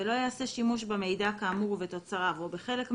ולא יעשה שימוש במידע כאמור ובתוצריו או בחלק מהם,